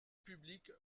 publiques